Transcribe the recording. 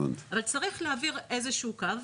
צריך להעביר קו.